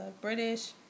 british